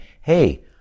Hey